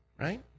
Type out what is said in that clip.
Right